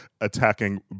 attacking